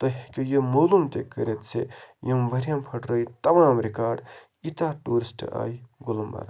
تُہۍ ہیٚکِو یہِ معلوٗم تہِ کٔرِتھ زِ یِم ؤری یَن پھٕڑرٲے تَمام رِکاڈ ییٖتاہ ٹوٗرِسٹ آیہِ گُلمرگ